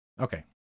okay